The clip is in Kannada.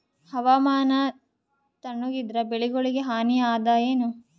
ಹವಾಮಾನ ತಣುಗ ಇದರ ಬೆಳೆಗೊಳಿಗ ಹಾನಿ ಅದಾಯೇನ?